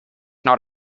not